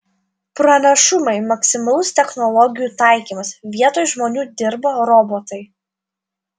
pranašumai maksimalus technologijų taikymas vietoj žmonių dirba robotai